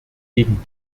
gegen